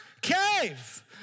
cave